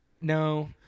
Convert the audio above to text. No